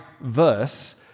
verse